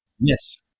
Yes